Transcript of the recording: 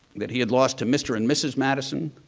that he had lost to mr and mrs. madison.